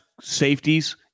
safeties